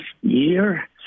year